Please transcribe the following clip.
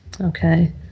Okay